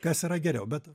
kas yra geriau bet